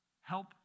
Help